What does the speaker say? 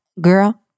Girl